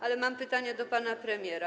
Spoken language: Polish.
Ale mam pytanie do pana premiera.